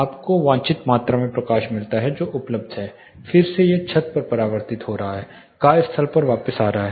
आपको वांछित मात्रा में प्रकाश मिलता है जो उपलब्ध है फिर से यह छत पर परावर्तित हो रहा है कार्यस्थल पर वापस आ रहा है